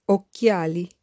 Occhiali